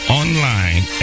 online